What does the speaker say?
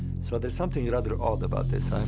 so there's something rather odd about this,